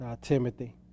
Timothy